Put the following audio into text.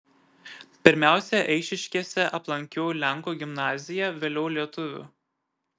pirmiausia eišiškėse aplankiau lenkų gimnaziją vėliau lietuvių